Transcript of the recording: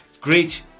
great